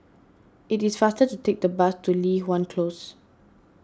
it is faster to take the bus to Li Hwan Close